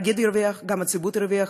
גם התאגיד ירוויח, גם הציבור ירוויח.